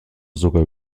sogar